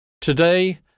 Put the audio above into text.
Today